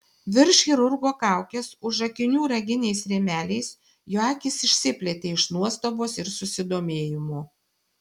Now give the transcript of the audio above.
virš chirurgo kaukės už akinių raginiais rėmeliais jo akys išsiplėtė iš nuostabos ir susidomėjimo